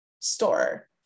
store